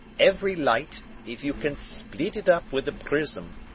every light, if you can split it up with a prism,